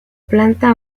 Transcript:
planta